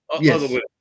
Yes